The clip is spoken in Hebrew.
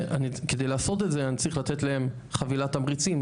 כדי לעשות את זה אני צריך לתת להם חבילת תמריצים,